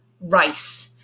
rice